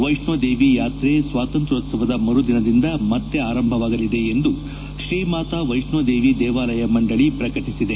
ವೈಷ್ಣೋದೇವಿ ಯಾತ್ರೆ ಸ್ವಾತಂತ್ರೋತ್ಸವದ ಮರುದಿನದಿಂದ ಮತ್ತೆ ಆರಂಭವಾಗಲಿದೆ ಎಂದು ಶ್ರೀ ಮಾತಾ ವೈಷ್ಣೋದೇವಿ ದೇವಾಲಯ ಮಂಡಳಿ ಪ್ರಕಟಿಸಿದೆ